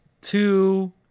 two